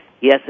Yes